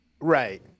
Right